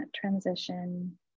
transition